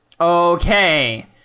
Okay